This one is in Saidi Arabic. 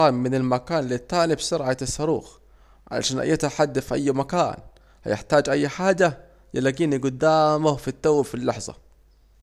هطير من المكان للتاني بسرعة الساروخ، عشان اي حد هيحتاج حاجة يلاجيني جدامه في التو وفي اللحظة